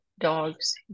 dogs